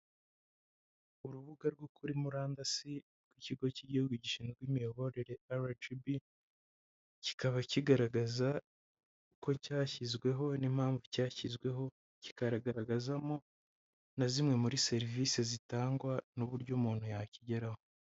Urubuga rwo kuri murandasi rw'ikigo cy'igihugu gishinzwe imiyoborere aragibi kikaba kigaragaza ko cyashyizweho n'impamvu cyashyizweho kigaragazamo na zimwe muri serivisi zitangwa n'uburyo umuntu yakigeraho.